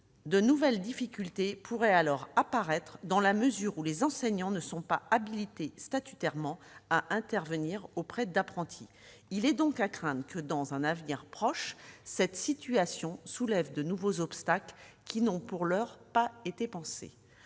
de nouvelles difficultés pourraient apparaître dans la mesure où les enseignants ne sont pas habilités statutairement à intervenir auprès d'apprentis. Il est donc à craindre que dans un avenir proche cette situation ne soulève de nouveaux obstacles qui n'ont pour l'heure pas été pris